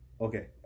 okay